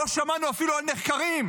לא שמענו אפילו על נחקרים,